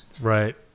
Right